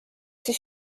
siis